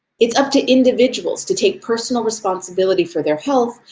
it's up to individuals to take personal responsibility for their health,